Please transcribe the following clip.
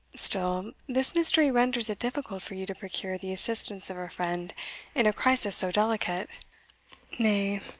still, this mystery renders it difficult for you to procure the assistance of a friend in a crisis so delicate nay,